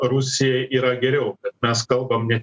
rusijai yra geriau mes kalbam ne